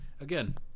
Again